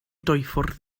dwyffordd